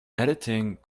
editing